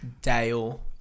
Dale